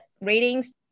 ratings